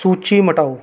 सूची मटाओ